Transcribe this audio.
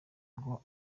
ngo